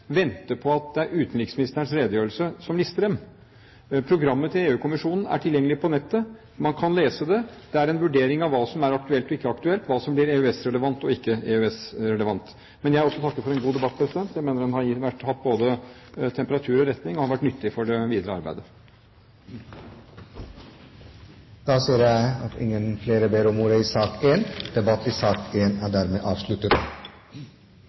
vente på at det er utenriksministerens redegjørelse som lister dem opp. Programmet til EU-kommisjonen er tilgjengelig på nettet, man kan lese det. Det er en vurdering av hva som er aktuelt og ikke aktuelt, hva som blir EØS-relevant og ikke EØS-relevant. Men jeg vil også takke for en god debatt. Jeg mener den har hatt både temperatur og retning og har vært nyttig for det videre arbeidet. Flere har ikke bedt om ordet til sak